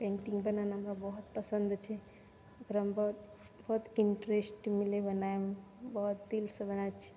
painting बनाना हमरा बहुत पसन्द छै ओकरामे बहुत इन्ट्रेस्ट मिलै यऽ बनबैमे दिलसँ बनाबै छी